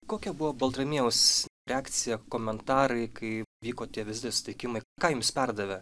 kokia buvo baltramiejaus reakcija komentarai kai vyko tie vizitai susitikimai ką jums perdavė